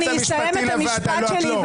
אני אסיים את המשפט שלי,